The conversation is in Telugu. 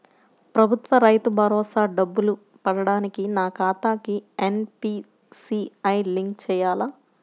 ప్రభుత్వ రైతు భరోసా డబ్బులు పడటానికి నా ఖాతాకి ఎన్.పీ.సి.ఐ లింక్ చేయాలా?